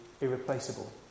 irreplaceable